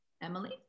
Emily